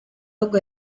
ahubwo